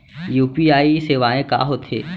UPI सेवाएं का होथे